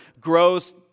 grows